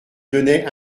donnait